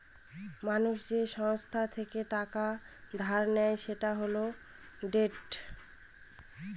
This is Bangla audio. মানুষ যে সংস্থা থেকে টাকা ধার নেয় সেটা হল ডেট